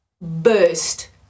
burst